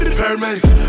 paramedics